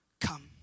Come